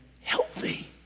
healthy